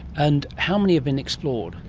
and how many have been explored?